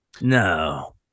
No